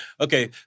Okay